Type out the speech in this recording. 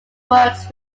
works